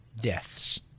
deaths